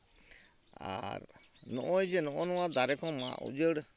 ᱟᱨ ᱱᱚᱜᱼᱚᱭ ᱡᱮ ᱱᱚᱜᱼᱚᱭ ᱱᱚᱣᱟ ᱫᱟᱨᱮ ᱠᱚ ᱢᱟᱸᱜ ᱩᱡᱟᱹᱲ